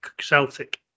Celtic